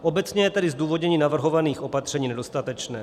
Obecně je tedy zdůvodnění navrhovaných opatření nedostatečné.